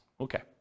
Okay